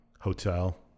hotel